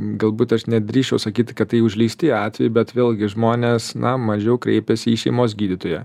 galbūt aš nedrįsčiau sakyti kad tai užleisti atvejai bet vėlgi žmonės na mažiau kreipiasi į šeimos gydytoją